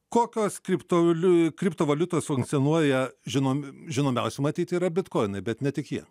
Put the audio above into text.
kokios kriptovaliu kriptovaliutos funkcionuoja žinom žinomiausia matyt yra bitkoinai bet ne tik jie